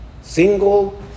single